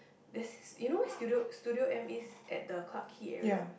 there's this you know where Studio Studio-M is at the Clarke Quay area